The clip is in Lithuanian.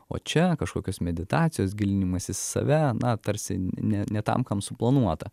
o čia kažkokios meditacijos gilinimasis į save na tarsi ne ne tam kam suplanuota